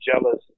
jealous